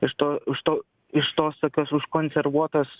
iš to už to iš tos tokios užkonservuotos